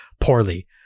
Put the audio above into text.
poorly